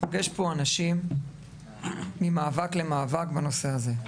ויש פה אנשים ממאבק למאבק בנושא הזה.